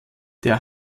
der